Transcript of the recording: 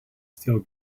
still